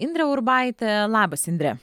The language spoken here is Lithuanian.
indrė urbaitė labas indre